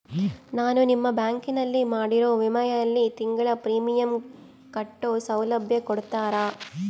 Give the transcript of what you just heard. ನಾನು ನಿಮ್ಮ ಬ್ಯಾಂಕಿನಲ್ಲಿ ಮಾಡಿರೋ ವಿಮೆಯಲ್ಲಿ ತಿಂಗಳ ಪ್ರೇಮಿಯಂ ಕಟ್ಟೋ ಸೌಲಭ್ಯ ಕೊಡ್ತೇರಾ?